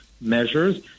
measures